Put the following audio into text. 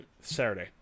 Saturday